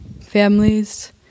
families